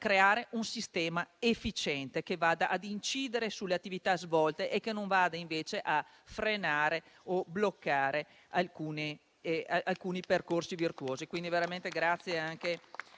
di un sistema efficiente, che vada ad incidere sulle attività svolte e che non vada, invece, a frenare o bloccare alcuni percorsi virtuosi. Quindi, veramente un